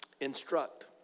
Instruct